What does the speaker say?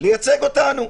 לייצג אותנו.